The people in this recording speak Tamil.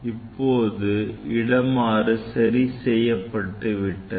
இப்போது இடமாறு சரி செய்யப்பட்டுவிட்டது